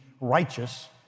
righteous